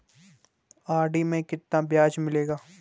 RD में कितना ब्याज मिलेगा?